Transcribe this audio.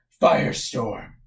Firestorm